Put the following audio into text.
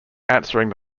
answering